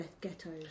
ghettos